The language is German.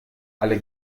alle